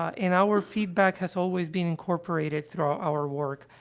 ah, and our feedback has always been incorporated throughout our work.